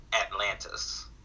Atlantis